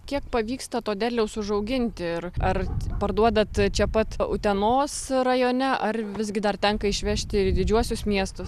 kiek pavyksta to derliaus užauginti ir ar parduodat čia pat utenos rajone ar visgi dar tenka išvežti ir į didžiuosius miestus